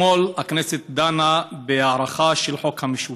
אתמול דנה הכנסת בהארכה של חוק המישוש,